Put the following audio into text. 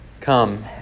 Come